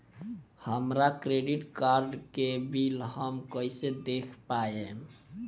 हमरा credit card के bill हम कइसे देख पाएम?